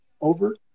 over